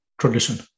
tradition